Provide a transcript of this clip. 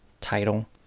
title